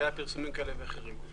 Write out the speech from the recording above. פרסומים כאלה ואחרים.